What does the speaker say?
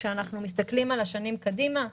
כשמסתכלים על השנים קדימה,